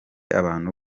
abantu